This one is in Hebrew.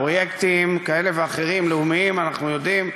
בפרויקטים לאומיים כאלה ואחרים, אנחנו יודעים,